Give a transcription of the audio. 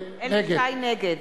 נגד